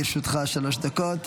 בבקשה, לרשותך שלוש דקות.